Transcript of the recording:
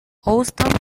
houston